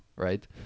right